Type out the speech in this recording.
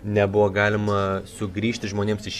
nebuvo galima sugrįžti žmonėms iš